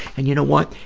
and you know what?